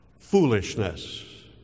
foolishness